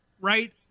right